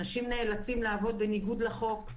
אנשים נאלצים לעבוד בניגוד לחוק.